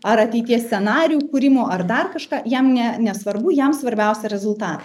ar ateities scenarijų kūrimo ar dar kažką jam ne nesvarbu jam svarbiausia rezultatai